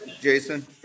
Jason